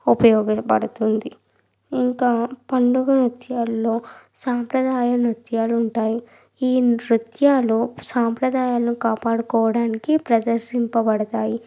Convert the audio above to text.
ఉపయోగబడుతుంది ఇంకా పండుగ నృత్యాల్లో సాంప్రదాయ నృత్యాలు ఉంటాయి ఈ నృత్యాలు సాంప్రదాయాలు కాపాడుకోడానికి ప్రదర్శించబడతాయి